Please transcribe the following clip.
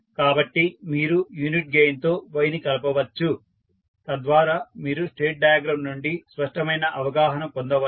కాబట్టి మీరు unit gain తో y ని కలపవచ్చు తద్వారా మీరు స్టేట్ డయాగ్రమ్ నుండి స్పష్టమైన అవగాహన పొందవచ్చు